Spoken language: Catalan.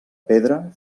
pedra